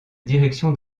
direction